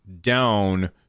down